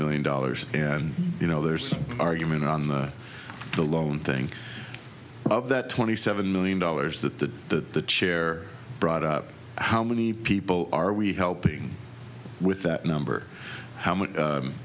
million dollars and you know there's argument on the the loan thing of that twenty seven million dollars that the that the chair brought up how many people are we helping with that number how much